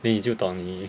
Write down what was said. then 你就懂你